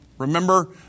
Remember